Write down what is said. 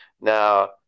Now